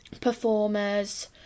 performers